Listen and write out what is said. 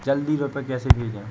जल्दी रूपए कैसे भेजें?